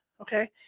Okay